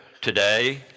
today